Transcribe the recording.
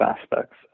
aspects